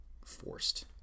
forced